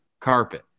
carpet